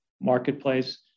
marketplace